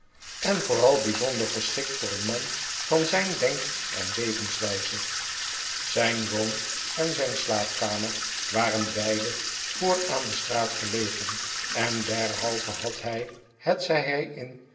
en vooral bijzonder geschikt voor een man van zijn denk en levenswijze zijn wo on en zijn slaapkamer waren beide voor aan de straat gelegen en derhalve had hij hetzij hij in